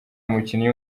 umukinnyi